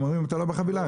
הם אומרים שאתה לא בחבילה,